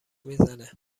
میزنه